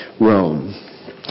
rome